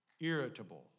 irritable